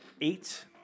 eight